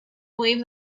believe